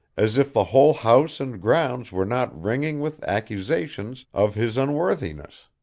as if the whole house and grounds were not ringing with accusations of his unworthiness.